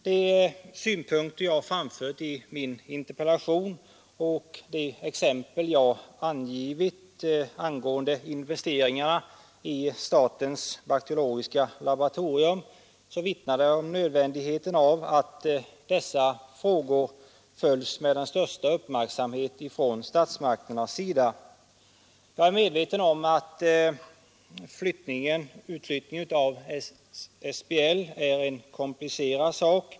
De synpunkter jag framfört i min interpellation och det exempel jag angivit angående investeringarna i statens bakteriologiska laboratorium vittnar om nödvändigheten av att dessa frågor följs med den största uppmärksamhet från statsmakternas sida. Jag är medveten om att utflyttningen av SBL är en komplicerad sak.